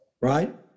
right